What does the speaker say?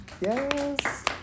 Yes